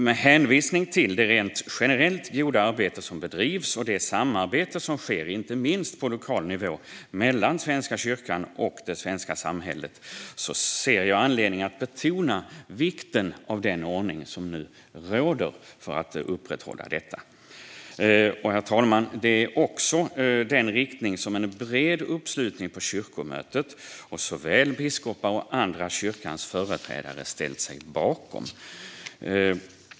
Med hänvisning till det generellt goda arbete som bedrivs och det samarbete som sker, inte minst på lokal nivå, mellan Svenska kyrkan och det svenska samhället ser jag anledning att betona vikten av den ordning som nu råder, för att upprätthålla detta. Det är också den riktning som en bred uppslutning på kyrkomötet, biskopar och andra av kyrkans företrädare har ställt sig bakom.